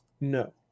No